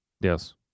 Yes